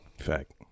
fact